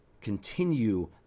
continue